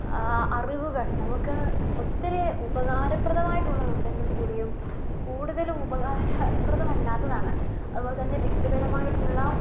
അറിവുകൾ നമുക്ക് ഒത്തിരി ഉപകാരപ്രദമായിട്ട് ഉള്ളതുണ്ടെങ്കിൽ കൂടിയും കൂടുതലും ഉപകാര പ്രദമല്ലാത്തതാണ് അതുപോലെ തന്നെ വ്യക്തിപരമായിട്ടുള്ള